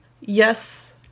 yes